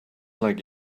like